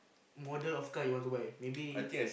model of car you want to buy maybe